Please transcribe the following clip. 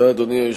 אדוני, בבקשה.